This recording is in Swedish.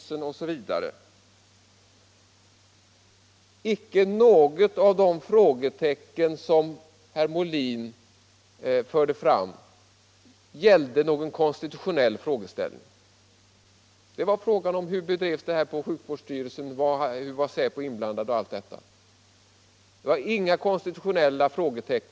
Men inte ett enda av de frågetecken som herr Molin förde fram gällde någon konstitutionell fråga. Det gällde sjukvårdsstyrelsen och hur säkerhetspolisen var inblandad. Där fanns inga konstitutionella frågeställningar.